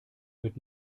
wird